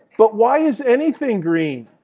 but why is anything green?